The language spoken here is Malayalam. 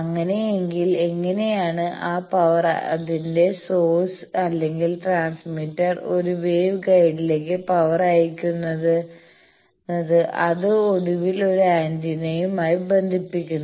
അങ്ങനെയെങ്കിൽ എങ്ങനെയാണ് ആ പവർ അതിന്റെ സോഴ്സ് അല്ലെങ്കിൽ ട്രാൻസ്മിറ്റർ ഒരു വേവ് ഗൈഡിലേക്ക് പവർ അയയ്ക്കുന്നത് അത് ഒടുവിൽ ഒരു ആന്റിനയുമായി ബന്ധിപ്പിക്കുന്നു